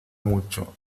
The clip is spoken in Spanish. mucho